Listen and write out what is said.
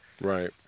Right